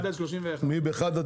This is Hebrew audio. מי נגד?